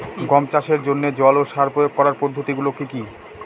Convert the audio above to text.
গম চাষের জন্যে জল ও সার প্রয়োগ করার পদ্ধতি গুলো কি কী?